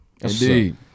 Indeed